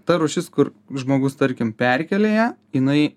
ta rūšis kur žmogus tarkim perkėlė ją jinai